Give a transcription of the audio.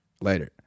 Later